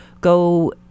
go